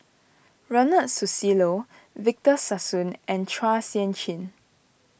Ronald Susilo Victor Sassoon and Chua Sian Chin